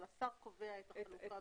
אבל הוא קובע את החלוקה.